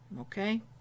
okay